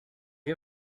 you